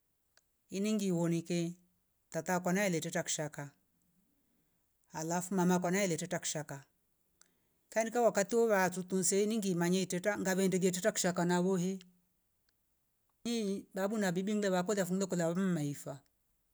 Iningi iwonike tata kwaneila teta kshaka alafu mama kwanaile teta kshka kainkawa wakato wa tutese ngi manye iteta gavende teta kshka navohe. Iiih babu na bibi ngeva kolia funga kula m- maifa